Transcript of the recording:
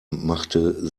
machte